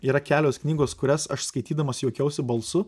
yra kelios knygos kurias aš skaitydamas juokiausi balsu